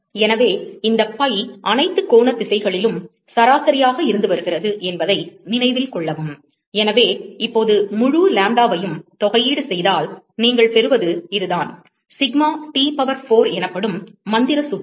எனவே இந்த பை அனைத்து கோணத் திசைகளிலும் சராசரியாக இருந்து வருகிறது என்பதை நினைவில் கொள்ளவும் எனவே இப்போது முழு லாம்ப்டாவையும் தொகையீடு செய்தால் நீங்கள் பெறுவது இதுதான் சிக்மா T பவர் ஃபோர் எனப்படும் மந்திர சூத்திரம்